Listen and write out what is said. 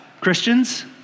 Christians